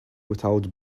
without